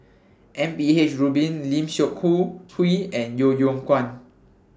M P H Rubin Lim Seok Hui and Yeo Yeow Kwang